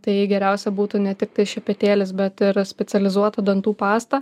tai geriausia būtų ne tiktai šepetėlis bet ir specializuota dantų pasta